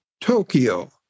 Tokyo